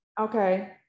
Okay